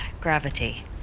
gravity